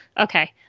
Okay